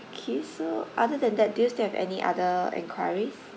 okay so other than that do you still have any other enquiries